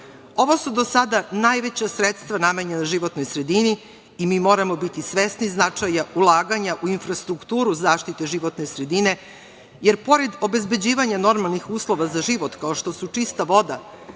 Ovo su do sada najveća sredstva namenjena životnoj sredini i mi moramo biti svesni značaja ulaganja u infrastrukturu zaštite životne sredine, jer pored obezbeđivanja normalnih uslova za život, kao što su čista voda,